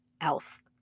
else